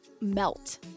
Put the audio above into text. melt